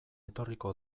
etorriko